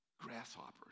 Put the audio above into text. grasshoppers